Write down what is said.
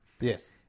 Yes